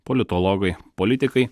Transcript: politologai politikai